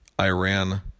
iran